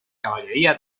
caballería